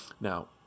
now